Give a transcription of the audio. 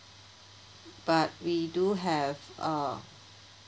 but we do have uh